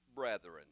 Brethren